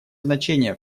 значение